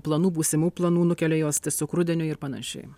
planų būsimų planų nukelia juos tiesiog rudeniui ir panašiai